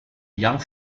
young